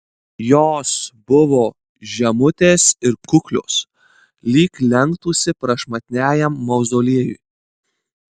jos buvo žemutės ir kuklios lyg lenktųsi prašmatniajam mauzoliejui